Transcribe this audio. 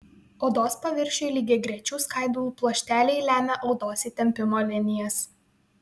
odos paviršiui lygiagrečių skaidulų pluošteliai lemia odos įtempimo linijas